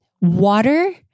Water